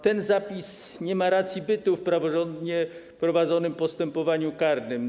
Ten zapis nie ma racji bytu w praworządnie prowadzonym postępowaniu karnym.